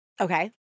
Okay